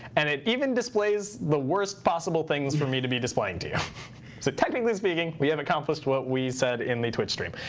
and it even displays the worst possible things for me to be displaying to you. so technically speaking, we have accomplished what we said in the twitch stream.